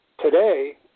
Today